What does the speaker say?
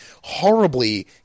horribly